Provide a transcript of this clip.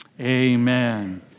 Amen